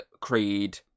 Creed